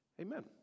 Amen